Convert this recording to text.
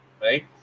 right